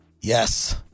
Yes